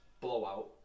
blowout